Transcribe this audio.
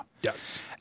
yes